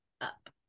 up